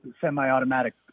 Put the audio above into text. semi-automatic